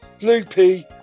Loopy